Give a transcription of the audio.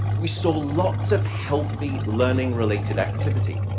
we saw lots of healthy learning-related activity.